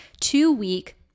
two-week